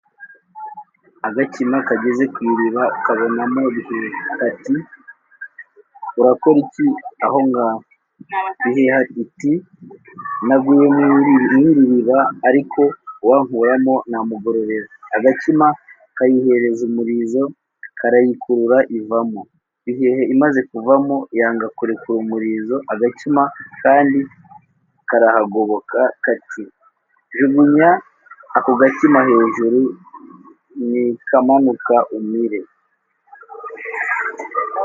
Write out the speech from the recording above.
Agakima kageze ku iriba, kabonamo Bihehe. Kati:“Urakora iki ahongaho?” Bihehe iti: “Naguye muri iri riba, ariko uwankuramo namugororera.” Agakima kayihereza umurizo, karayikurura ivamo. Bihehe imaze kuvamo, yanga kurekura umurizo. Agakima kandi karahagoboka. Kati :“Jugunya ako gakima hejuru, nikamanuka umire.”